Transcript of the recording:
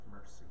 mercy